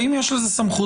האם יש לכך סמכות?